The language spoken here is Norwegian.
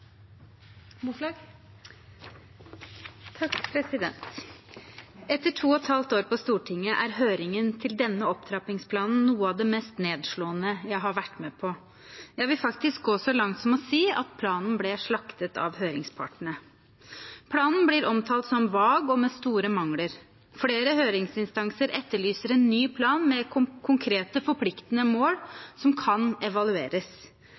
høringen for denne opptrappingsplanen noe av det mest nedslående jeg har vært med på. Jeg vil faktisk gå så langt som til å si at planen ble slaktet av høringspartene. Planen blir omtalt som vag og med store mangler. Flere høringsinstanser etterlyser en ny plan med konkrete, forpliktende mål som kan evalueres.